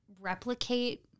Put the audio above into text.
replicate